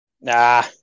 Nah